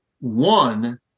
one